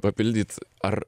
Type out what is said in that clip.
papildyt ar